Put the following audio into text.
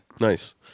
Nice